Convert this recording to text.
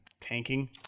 tanking